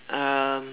um